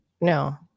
no